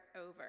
over